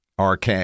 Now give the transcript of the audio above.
RK